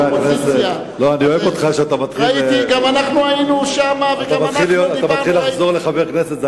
אני אוהב אותך כשאתה מתחיל לחזור להיות חבר כנסת.